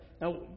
Now